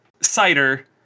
cider